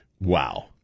Wow